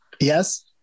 yes